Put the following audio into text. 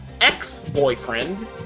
ex-boyfriend